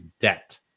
debt